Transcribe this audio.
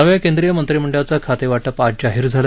नव्या केंद्रीय मंत्रीमंडळाचं खातेवाटप आज जाहीर झालं